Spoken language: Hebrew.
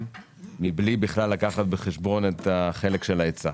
בלי בכלל לקחת בחשבון את החלק של ההיצע.